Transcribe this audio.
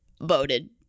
Voted